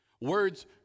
Words